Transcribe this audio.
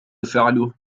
فعله